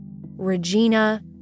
Regina